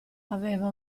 aveva